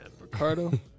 Ricardo